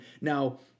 Now